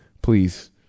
Please